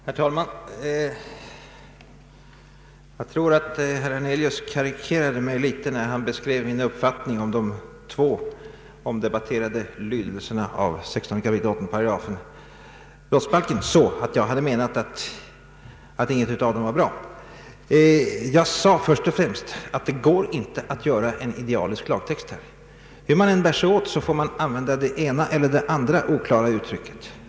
Herr talman! Jag tror att herr Hernelius karikerade mig litet när han beskrev min uppfattning om de två omdebatterade lydelserna av 16 kap. 8 § brottsbalken så, att jag hade menat att inte någon av dem var bra. Jag sade först och främst att det inte går att göra en idealisk lagtext här. Hur man än bär sig åt får man använda det ena eller det andra oklara uttrycket.